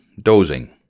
Dozing